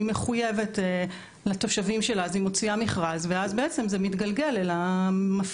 היא מחויבת לתושבים שלה אז היא מוציאה מכרז ואז זה מתגלגל למפעילים.